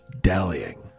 dallying